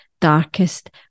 darkest